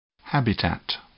Habitat